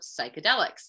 psychedelics